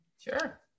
Sure